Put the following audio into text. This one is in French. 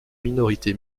minorité